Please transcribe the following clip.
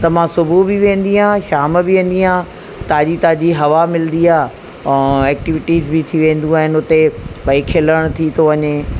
त मां सुबुह बि वेंदी आहियां शाम बि वेंदी आहियां ताज़ी ताज़ी हवा मिलंदी आहे ऐं एक्टिविटीज़ बि थी वेंदियूं आहिनि उते भाई खिलणु थी थो वञे